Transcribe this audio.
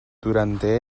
durante